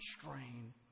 strain